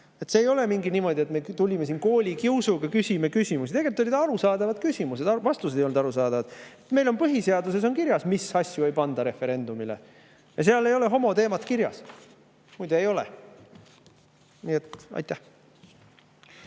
See ei ole niimoodi, et me tulime nagu koolikiusuga ja küsime küsimusi. Tegelikult olid arusaadavad küsimused, aga vastused ei olnud arusaadavad. Meil on põhiseaduses kirjas, mis asju ei panda referendumile, ja seal ei ole homoteemat kirjas. Ei ole muide. Aitäh!